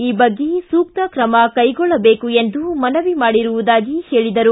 ಈ ಬಗ್ಗೆ ಸೂಕ್ತ ಕ್ರಮ ಕೈಗೊಳ್ಳಬೇಕು ಎಂದು ಮನವಿ ಮಾಡಿರುವುದಾಗಿ ಹೇಳಿದರು